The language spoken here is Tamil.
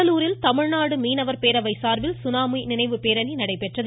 கடலூரில் தமிழ்நாடு மீனவர் பேரவை சார்பில் சுனாமி நினைவு பேரணி நடைபெற்றது